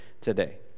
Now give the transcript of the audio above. today